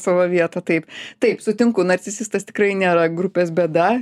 savo vietą taip taip sutinku nacisistas tikrai nėra grupės bėda